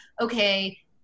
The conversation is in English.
okay